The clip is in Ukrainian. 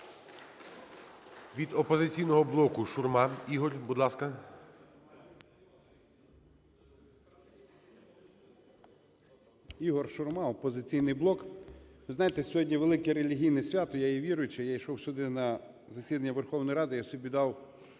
Від "Опозиційного блоку" Шурма Ігор, будь ласка. 11:28:09 ШУРМА І.М. Ігор Шурма, "Опозиційний блок". Ви знаєте, сьогодні велике релігійне свято, я є віруючий. Я йшов сюди на засідання Верховної Ради, я собі дав